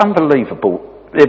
unbelievable